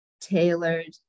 tailored